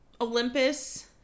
Olympus